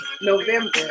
November